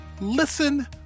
listen